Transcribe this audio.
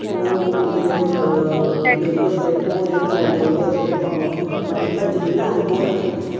ते ओह् उं'दे जेह्ड़े उप्पर बेल्ल हुंदे हे ओह् जेह्ड़े तोड़ी तोड़ियै ते मट्टी भज्जनियां ते ओह् रक्खी ओड़ने